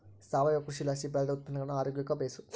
ಸಾವಯವ ಕೃಷಿಲಾಸಿ ಬೆಳ್ದ ಉತ್ಪನ್ನಗುಳು ಆರೋಗ್ಯುಕ್ಕ ಬೇಸು